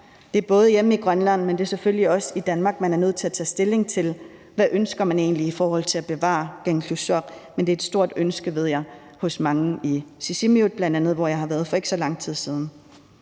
Det er både hjemme i Grønland, men det er selvfølgelig også i Danmark, at man er nødt til at tage stilling til, hvad man egentlig ønsker i forhold til at bevare Kangerlussuaq, men det er et stort ønske hos mange, ved jeg, bl.a. i Sisimiut, hvor jeg har været for ikke så lang tid siden.